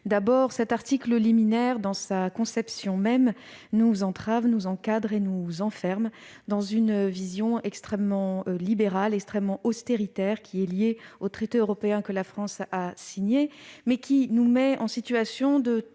D'abord, cet article liminaire, dans sa conception même, nous entrave, nous encadre et nous enferme dans une vision extrêmement libérale et austéritaire liée aux traités européens que la France a signés. Cette vision nous